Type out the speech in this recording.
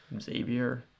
Xavier